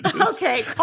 Okay